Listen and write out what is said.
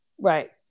Right